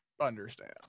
understand